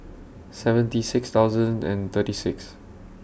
seventy six thousand and thirty six